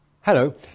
Hello